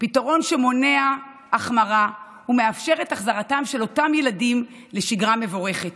פתרון שמונע החמרה ומאפשר את החזרת של אותם ילדים לשגרה מבורכת.